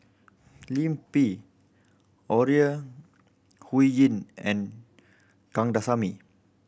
Lim Pin Ore Huiying and Kandasamy